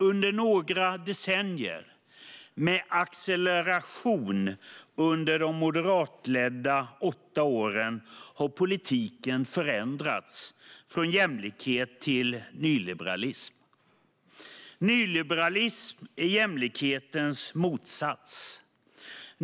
Under några decennier, med acceleration under de moderatledda åtta åren, har politiken förändrats från jämlikhet till nyliberalism. Nyliberalism är jämlikhetens motsats.